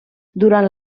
durant